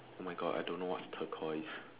oh my god I don't know what's turquoise